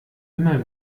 immer